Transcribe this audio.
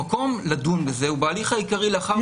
המקום לדון בזה הוא בהליך העיקרי לאחר מכן.